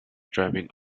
driving